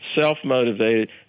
self-motivated